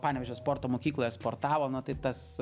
panevėžio sporto mokykloje sportavo na tai tas